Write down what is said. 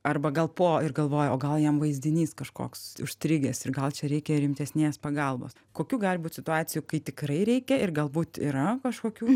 arba gal po ir galvoja o gal jam vaizdinys kažkoks užstrigęs ir gal čia reikia rimtesnės pagalbos kokių gali būt situacijų kai tikrai reikia ir galbūt yra kažkokių